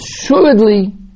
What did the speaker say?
assuredly